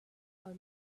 are